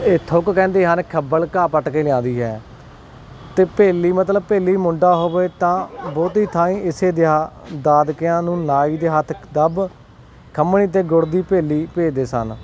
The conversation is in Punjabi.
ਇਹ ਥੁਕ ਕਹਿੰਦੇ ਹਨ ਖੱਬਲ ਘਾਹ ਪੱਟ ਕੇ ਲਿਆਉਂਦੀ ਹੈ ਅਤੇ ਭੇਲੀ ਮਤਲਬ ਭੇਲੀ ਮੁੰਡਾ ਹੋਵੇ ਤਾਂ ਬਹੁਤੀ ਥਾਈਂ ਇਸੇ ਦਿਆ ਦਾਦਕਿਆਂ ਨੂੰ ਨਾਈ ਦੇ ਹੱਥ ਦੱਬ ਖੰਮ੍ਹਣੀ ਅਤੇ ਗੁੜ ਦੀ ਭੇਲੀ ਭੇਜਦੇ ਸਨ